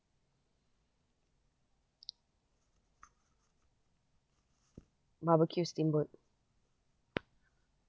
barbecue steamboat